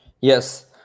Yes